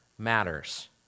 Matters